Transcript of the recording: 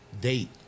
Date